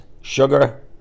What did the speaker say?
sugar